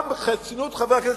גם בחסינות חברי הכנסת,